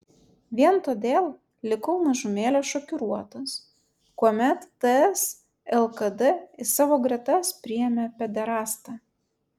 vien todėl likau mažumėlę šokiruotas kuomet ts lkd į savo gretas priėmė pederastą